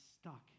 stuck